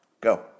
Go